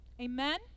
amen